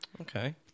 okay